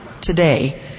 today